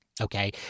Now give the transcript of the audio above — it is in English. Okay